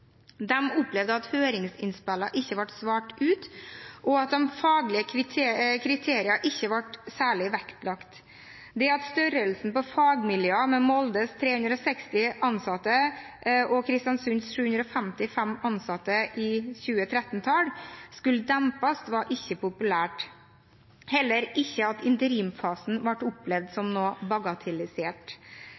opplevde at høringsinnspillene ikke ble svart ut, og at de faglige kriteriene ikke ble særlig vektlagt. Det at størrelsen på fagmiljøene med Moldes 360 ansatte og Kristiansunds 755 ansatte – i 2013-tall – skulle dempes, var ikke populært, heller ikke at interimfasen ble opplevd som